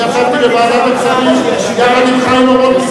אני ישבתי בוועדת הכספים יחד עם חיים אורון,